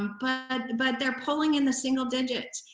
um but but, they're polling in the single digits.